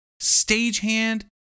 stagehand